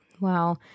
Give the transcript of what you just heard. Wow